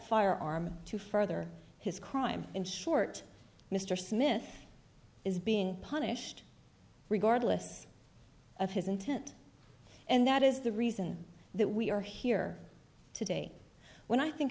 firearm to further his crime in short mr smith is being punished regardless of his intent and that is the reason that we are here today when i think